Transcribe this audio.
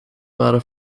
waren